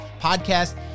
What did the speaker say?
podcast